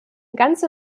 ganze